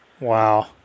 Wow